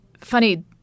funny